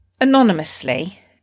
anonymously